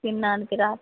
తినడానికి రా